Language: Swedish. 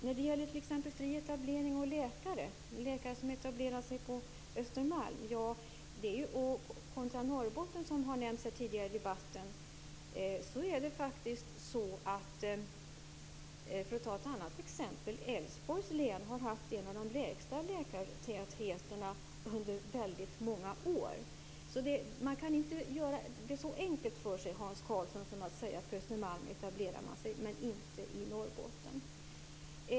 När det gäller fri etablering av läkare och läkare som etablerar sig på Östermalm kontra Norrbotten, som har nämnts här tidigare i debatten, kan jag ta ett annat exempel, nämligen Älvsborgs län, som har haft en av de minsta läkartätheterna under väldigt många år. Man kan inte göra det så enkelt för sig, Hans Karlsson, som att säga att läkare etablerar sig på Östermalm men inte i Norrbotten.